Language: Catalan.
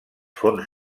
fons